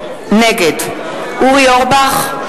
נגד אורי אורבך,